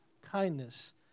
kindness